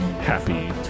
happy